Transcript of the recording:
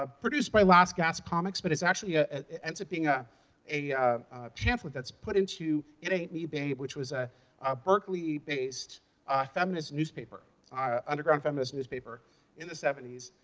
ah produced by last gasp comics, but it's actually a ends up being a a pamphlet that's put into it ain't me, babe, which was a berkeley-based feminist newspaper ah underground feminist newspaper in the seventy s.